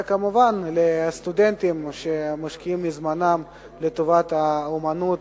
וכמובן לסטודנטים, שמשקיעים מזמנם לטובת האמנות